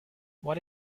what